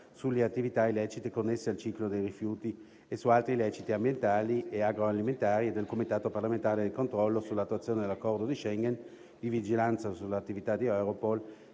Grazie